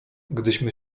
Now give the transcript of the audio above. gdyśmy